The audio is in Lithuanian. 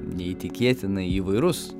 neįtikėtinai įvairus